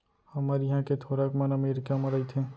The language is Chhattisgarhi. हमर इहॉं के थोरक मन अमरीका म रइथें